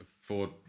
Ford